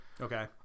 Okay